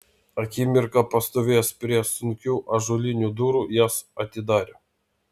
akimirką pastovėjęs prie sunkių ąžuolinių durų jas atidarė